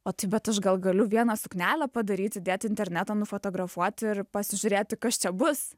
o bet aš gal galiu vieną suknelę padaryti įdėt internetą nufotografuoti ir pasižiūrėti kas čia bus